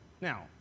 Now